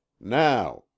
Now